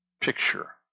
picture